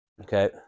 okay